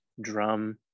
drum